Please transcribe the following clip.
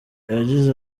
yagize